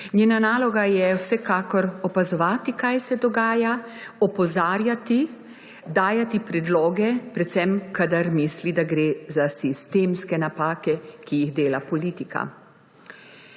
Njena naloga je vsekakor opazovati, kaj se dogaja, opozarjati, dajati predloge, predvsem kadar misli, da gre za sistemske napake, ki jih dela politika.